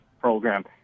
program